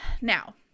Now